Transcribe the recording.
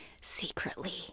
secretly